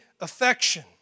affection